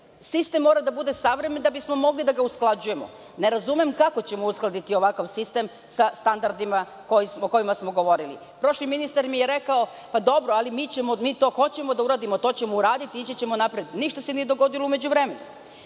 Sistem mora da bude savremen da bi smo mogli da ga usklađujemo. Ne razumem kako ćemo uskladiti ovakav sistem sa standardima o kojima smo govorili. Prošli ministar mi je rekao - pa dobro, ali mi to hoćemo da uradimo, to ćemo uraditi, ići ćemo napred. Ništa se nije dogodilo u međuvremenu. Zatim,